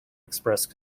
expressed